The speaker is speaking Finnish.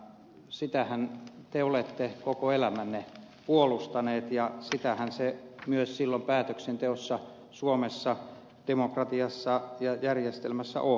sitähän te olette koko elämänne puolustanut ja sitähän se myös silloin päätöksenteossa suomessa demokratiassa ja järjestelmässä on